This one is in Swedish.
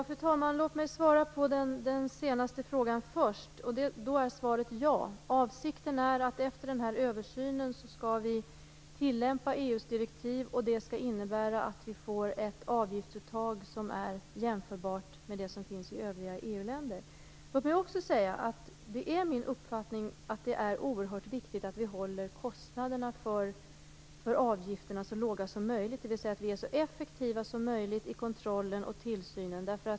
Fru talman! Låt mig svara på den sista frågan först. Då är svaret ja. Avsikten är att vi efter denna översyn skall tillämpa EU:s direktiv. Det skall innebära att vi får ett avgiftsuttag som är jämförbart med det som finns i övriga EU-länder. Låt mig också säga att det är min uppfattning att det är oerhört viktigt att vi håller kostnaderna för avgifterna så låga som möjligt, dvs. att vi är så effektiva som möjligt i kontrollen och tillsynen.